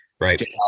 Right